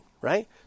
right